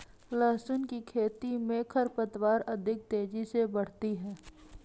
लहसुन की खेती मे खरपतवार अधिक तेजी से बढ़ती है